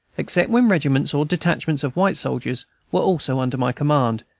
except when regiments or detachments of white soldiers were also under my command,